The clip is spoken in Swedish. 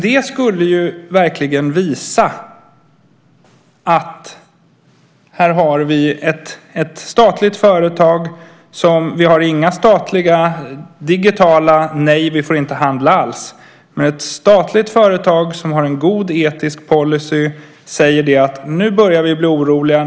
Det skulle visa, inte att vi har några statliga digitala nej - vi får inte handla alls - men att ett statligt företag har en god etisk policy som säger: Nu börjar vi bli oroliga.